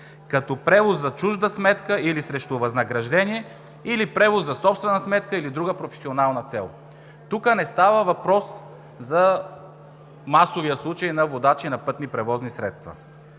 като превоз за чужда сметка или срещу възнаграждение, или превоз за собствена сметка, или друга професионална цел. Тук не става въпрос за масовия случай на водачи на пътни превозни средства.